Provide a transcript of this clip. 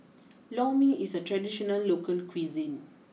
Lor Mee is a traditional local cuisine